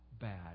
bad